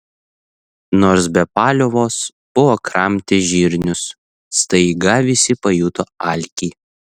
nors be paliovos buvo kramtę žirnius staiga visi pajuto alkį